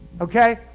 okay